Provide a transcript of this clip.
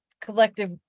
collective